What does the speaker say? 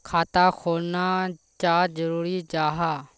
खाता खोलना चाँ जरुरी जाहा?